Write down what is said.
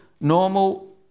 normal